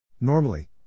Normally